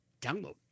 download